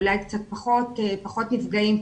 אולי קצת פחות נפגעים,